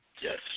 Yes